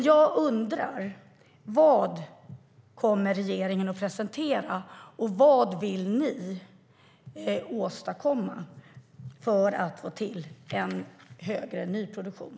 Jag undrar: Vad kommer regeringen att presentera, och vad vill ni åstadkomma för att få till mer nyproduktion?